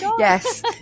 Yes